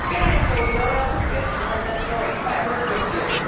good answer. well, you know what else is good just like that story, fiber is good, too.